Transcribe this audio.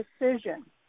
decision